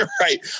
right